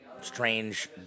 strange